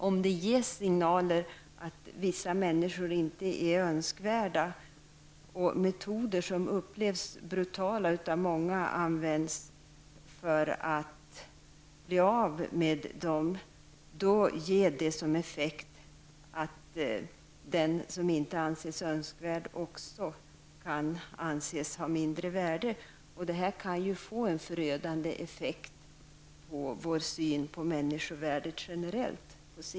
Om det ges signaler att vissa människor inte är önskvärda och om det används metoder som upplevs som brutala för att bli av med dessa människor, kan detta leda till att den som inte anses önskvärd också kan anses ha mindre värde. Detta kan också få en förödande effekt för vår generella syn på människovärdet.